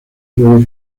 puede